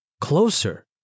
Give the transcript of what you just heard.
closer